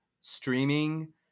streaming